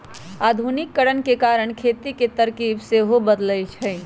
आधुनिकीकरण के कारण खेती के तरकिब सेहो बदललइ ह